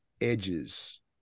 edges